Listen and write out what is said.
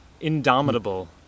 indomitable